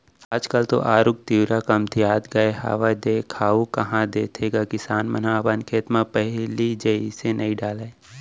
आज काल तो आरूग तिंवरा कमतिया गय हावय देखाउ कहॉं देथे गा किसान मन ह अपन खेत म पहिली जइसे डाले नइ